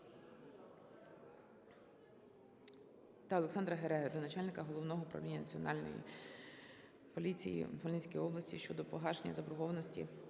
Олександра Гереги до начальника Головного управління Національної поліції в Хмельницькій області щодо погашення заборгованості